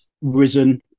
risen